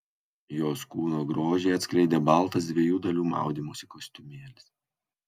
jos kūno grožį atskleidė baltas dviejų dalių maudymosi kostiumėlis